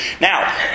Now